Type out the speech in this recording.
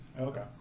Okay